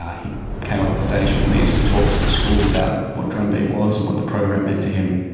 he came up on stage with me as we talked to the school about what drumbeat was and what the program meant to him.